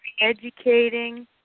educating